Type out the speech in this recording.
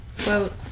Quote